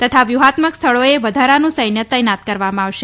તથા વ્યૂહાત્મક સ્થળોએ વધારાનું સૈન્ય તૈનાત કરવામાં આવશે